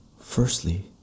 Firstly